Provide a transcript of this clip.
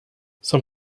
some